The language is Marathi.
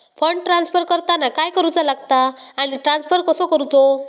फंड ट्रान्स्फर करताना काय करुचा लगता आनी ट्रान्स्फर कसो करूचो?